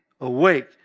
Awake